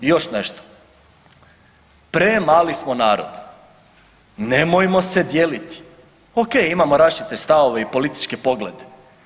I još nešto premali smo narod, nemojmo se dijeliti, ok imamo različite stavove i političke poglede.